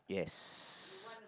yes